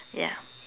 ya